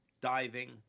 Diving